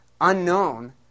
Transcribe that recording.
unknown